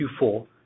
Q4